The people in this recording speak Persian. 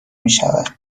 میشود